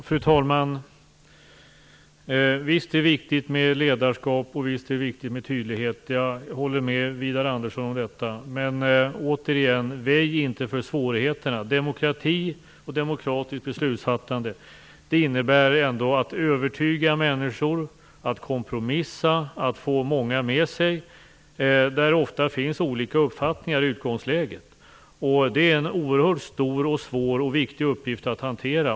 Fru talman! Visst är det viktigt med ledarskap och med tydlighet - jag håller med Widar Andersson om detta. Men återigen: Väj inte för svårigheterna! Demokrati och demokratiskt beslutsfattande innebär ändå att övertyga människor, att kompromissa, att få många med sig där det i utgångsläget ofta finns olika uppfattningar. Det är en oerhört stor, svår och viktig uppgift att hantera.